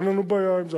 אין לנו בעיה עם זה.